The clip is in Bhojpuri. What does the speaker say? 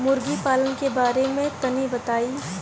मुर्गी पालन के बारे में तनी बताई?